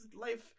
life